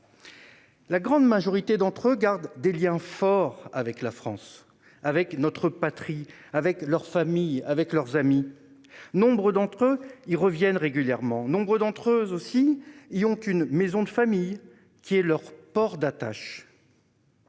établis hors de France gardent des liens forts avec la France, leur patrie, leur famille, leurs amis. Nombre d'entre eux y reviennent régulièrement. Nombre d'entre eux y ont une maison de famille, qui est leur port d'attache